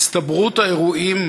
הצטברות האירועים